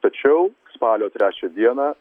tačiau spalio trečią dieną